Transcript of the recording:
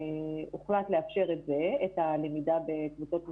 הוחלט לאפשר את הלמידה בקבוצות מלאות,